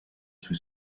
sui